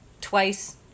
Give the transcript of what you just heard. twice